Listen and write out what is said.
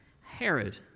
Herod